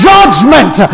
Judgment